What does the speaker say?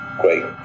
great